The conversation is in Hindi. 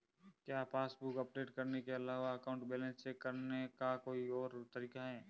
क्या पासबुक अपडेट करने के अलावा अकाउंट बैलेंस चेक करने का कोई और तरीका है?